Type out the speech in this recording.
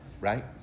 right